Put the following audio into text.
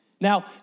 Now